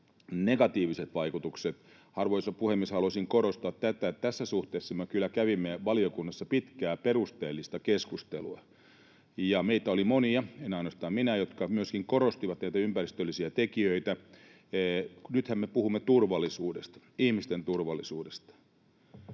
negatiiviset vaikutukset. Arvoisa puhemies! Haluaisin korostaa, että tässä suhteessa me kyllä kävimme valiokunnassa pitkää, perusteellista keskustelua, ja meitä oli monia, en ainoastaan minä, jotka myöskin korostivat näitä ympäristöllisiä tekijöitä. Nythän me puhumme turvallisuudesta,